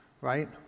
right